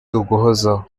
uguhozaho